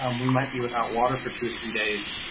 um we might be without water for two or three days.